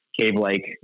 cave-like